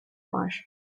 var